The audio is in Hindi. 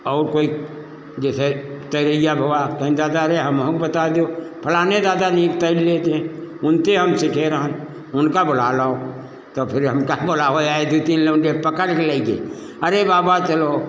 अऊर कोई जैसे तैरइया भवा कहिन दादा अरे हमहूँ के बताए देओ फलाने दादा नीक तैर लेत हें उनसे हम सिखे रहन उनका बोला लाओ तो फिर हम कहे बोलावै आए दुइ तीन लउंडे पकड़ के लइ गे अरे बाबा चलो